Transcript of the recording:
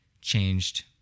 changed